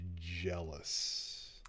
jealous